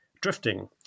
Drifting